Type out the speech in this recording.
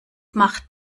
macht